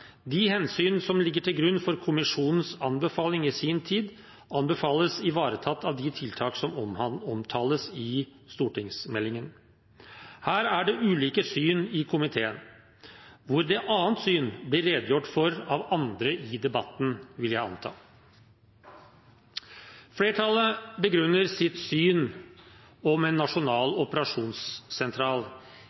De hensyn som ligger til grunn for kommisjonens anbefaling i sin tid, anbefales ivaretatt av de tiltak som omtales i stortingsmeldingen. Her er det ulike syn i komiteen, hvor det annet syn blir redegjort for av andre i debatten, vil jeg anta. Flertallet begrunner sitt syn om en nasjonal operasjonssentral